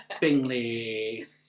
Bingley